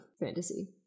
fantasy